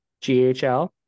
ghl